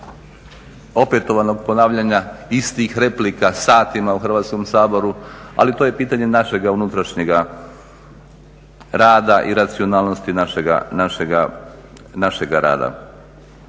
opetovanog ponavljanja istih replika satima u Hrvatskom saboru. Ali to je pitanje našega unutrašnjega rada i racionalnosti našega rada.